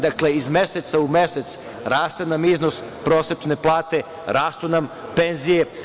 Dakle, iz meseca u mesec nam raste iznos prosečne plate, rastu nam penzije.